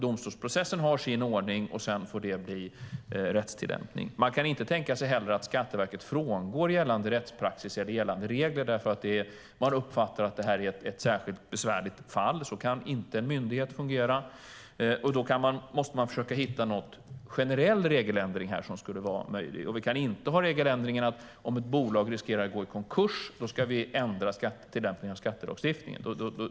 Domstolsprocessen har sin ordning, och sedan får det bli rättstillämpning. Man kan inte heller tänka sig att Skatteverket skulle frångå gällande rättspraxis eller gällande regler för att man uppfattar detta som ett särskilt besvärligt fall. Så kan inte en myndighet fungera. Då måste man försöka hitta någon generell regeländring som skulle vara möjlig här. Vi kan inte ha regeländringen att om ett bolag riskerar att gå i konkurs ska vi ändra tillämpningen av skattelagstiftningen.